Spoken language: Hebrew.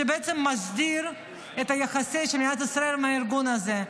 שבעצם מסדיר את היחסים של מדינת ישראל עם הארגון הזה.